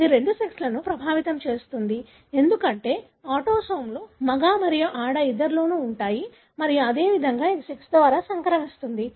ఇది రెండు సెక్స్లనూ ప్రభావితం చేస్తుంది ఎందుకంటే ఆటోసోమ్లు మగ మరియు ఆడ ఇద్దరిలోనూ ఉంటాయి మరియు అదేవిధంగా ఇది సెక్స్ ద్వారా సంక్రమిస్తుంది